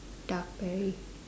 dark Barry